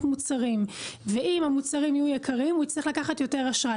מוצרים ואם המוצרים יהיו יקרים הוא יצטרך לקחת יותר אשראי.